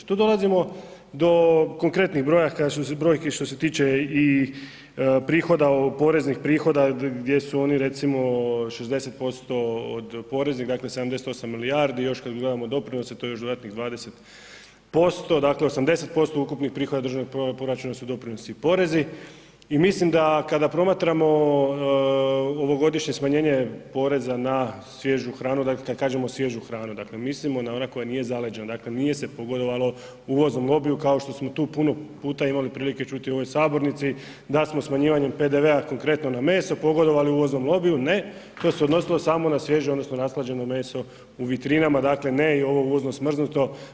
Tu dolazimo do konkretnih brojaka brojki što se tiče i prihoda, poreznih prihoda, gdje su oni, recimo 60% od poreznih, dakle 78 milijardi, još kad gledamo doprinose, to je još dodatnih 20%, dakle 80% ukupnih prihoda državnih proračuna su doprinosi i porezni i mislim da kada promatramo ovogodišnje smanjenje poreza na svježu hranu, kad kažemo svježu hranu, dakle mislimo na onu koja nije zaleđena, dakle nije se pogodovalo uvoznom lobiju kao što smo tu puno puta imali prilike čuti u ovoj sabornici, da smo smanjivanjem PDV-a, konkretno na meso, pogodovali uvoznom lobiju, ne, to se odnosilo samo na svježe odnosno rashlađeno meso u vitrinama, dakle ne i ovo uvozno smrznuto.